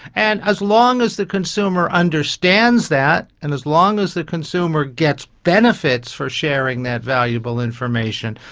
and as long as the consumer understands that and as long as the consumer gets benefits for sharing that valuable information,